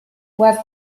was